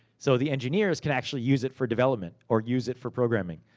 so the engineers can actually use it for development. or use it for programming.